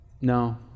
No